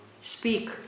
speak